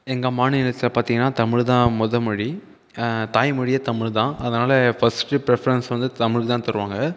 எங்கள் மாநிலத்தில் பார்த்தீங்கன்னா தமிழ்தான் மொதல் மொழி தாய்மொழியே தமிழ்தான் அதனால் ஃபர்ஸ்ட் ப்ரஃபெரன்ஸ் வந்து தமிழுக்கு தான் தருவாங்க